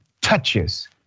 touches